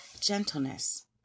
gentleness